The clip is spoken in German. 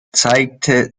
zeigte